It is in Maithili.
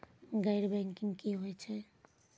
गैर बैंकिंग की होय छै?